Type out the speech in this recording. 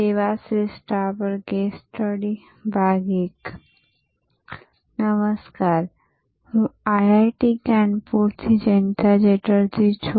સેવા શ્રેષ્ઠતા પર કેસ સ્ટડી I નમસ્કાર હું IIT કાનપુરથી જયંતા ચેટર્જી છું